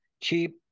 cheap